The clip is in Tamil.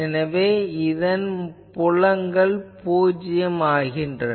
எனவே இதன் புலங்கள் பூஜ்யம் ஆகின்றன